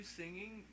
singing